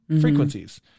frequencies